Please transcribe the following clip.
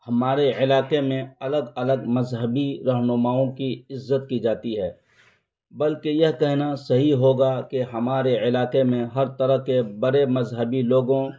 ہمارے علاقے میں الگ الگ مذہبی رہنماؤں کی عزت کی جاتی ہے بلکہ یہ کہنا صحیح ہوگا کہ ہمارے علاقے میں ہر طرح کے بڑے مذہبی لوگوں